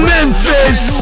Memphis